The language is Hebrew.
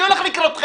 אני הולך לקראתכם.